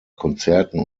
konzerten